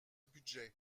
budget